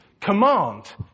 command